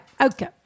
okay